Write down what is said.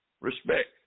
respect